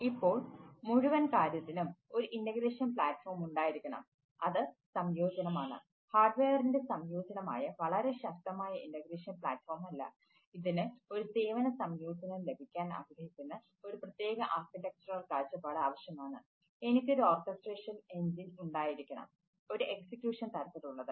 ഇപ്പോൾ മുഴുവൻ കാര്യത്തിനും ഒരു ഇന്റഗ്രേഷൻ പ്ലാറ്റ്ഫോം തരത്തിലുള്ളത്